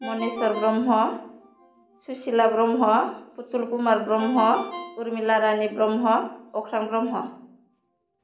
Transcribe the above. Maneswar Brahma Susila Brahma Putul Kumar Brahma Urmila Rani Brahma Akhrang Brahma